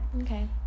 okay